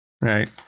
Right